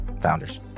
founders